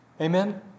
Amen